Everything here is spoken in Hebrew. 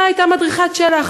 הייתה מדריכת של"ח.